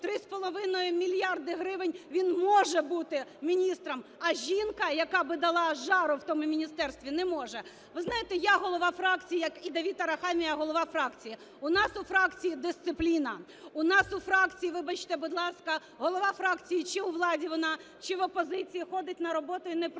3,5 мільярда гривень. Він може бути міністром, а жінка, яка б дала жару в тому міністерстві, не може. Ви знаєте, я голова фракції, як і Давид Арахамія голова фракції. У нас у фракції дисципліна, у нас у фракції, вибачте, будь ласка, голова фракції, чи у владі вона, чи в опозиції, ходить на роботу і не прогулює.